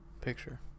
picture